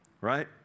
right